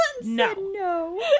no